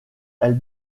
elle